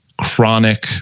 chronic